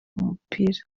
umupira